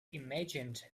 imagined